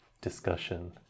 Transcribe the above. discussion